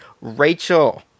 Rachel